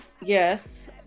Yes